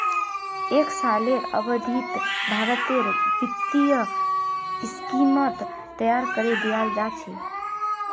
एक सालेर अवधित भारतेर वित्तीय स्कीमक तैयार करे दियाल जा छे